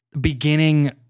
beginning